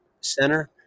center